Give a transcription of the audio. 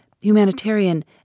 humanitarian